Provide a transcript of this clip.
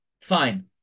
Fine